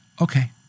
Okay